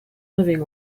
living